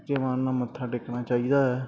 ਸੱਚੇ ਮਨ ਨਾਲ ਮੱਥਾ ਟੇਕਣਾ ਚਾਹੀਦਾ ਆ